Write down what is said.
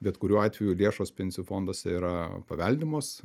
bet kuriuo atveju lėšos pensijų fonduose yra paveldimos